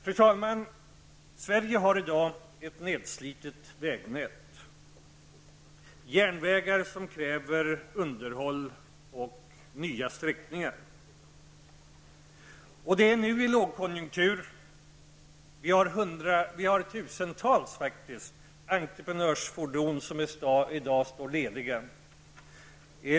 Fru talman! Sverige har i dag ett nedslitet vägnät och järnvägar som kräver underhåll och nya sträckningar. Vi befinner oss nu i en lågkonjunktur. Vi har tusentals entreprenörfordon som i dag står lediga.